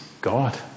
God